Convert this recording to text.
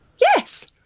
Yes